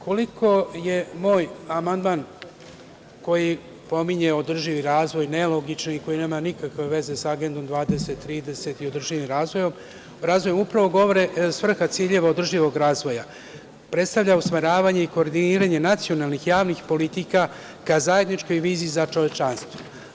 Koliko je moj amandman koji pominje održivi razvoj nelogičan i koji nema nikakve veze sa Agendom 2030 i održivim razvojem upravo govori svrha ciljeva održivog razvoja – predstavlja usmeravanje i koordiniranje nacionalnih javnih politika ka zajedničkoj viziji za čovečanstvo.